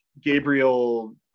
Gabriel